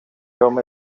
home